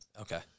okay